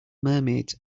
mermaids